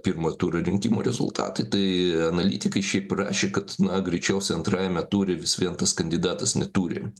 pirmo turo rinkimų rezultatai tai analitikai šiaip rašė kad na greičiausiai antrajame ture vis vien tas kandidatas neturi